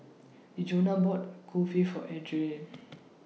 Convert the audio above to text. Djuna bought Kulfi For Erlene